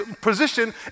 position